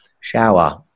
shower